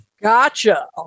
Gotcha